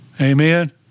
Amen